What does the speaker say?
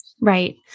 Right